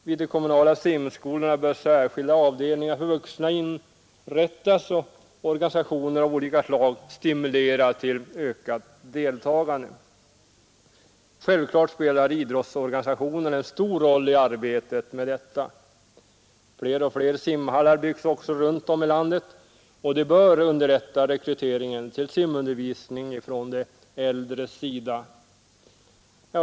Vid de kommunala simskolorna bör särskilda avdelningar för vuxna inrättas, och organisationer av olika slag bör stimulera till deltagande. Självklart spelar idrottsorganisationerna en stor roll i arbetet med detta. Fler och fler simhallar byggs också runt om i landet, och det bör underlätta rekryteringen till simundervisning från de äldres sida.